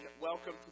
Welcome